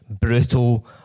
brutal